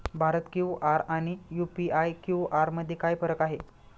Bharat QR आणि UPI QR मध्ये काय फरक आहे?